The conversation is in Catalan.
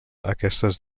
aquestes